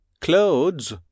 Clothes